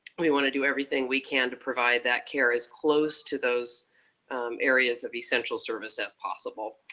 we want to do everything we can to provide that care as close to those areas of essential service as possible.